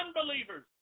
Unbelievers